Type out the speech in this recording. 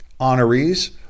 honorees